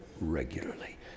regularly